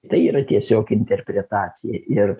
tai yra tiesiog interpretacija ir